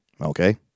Okay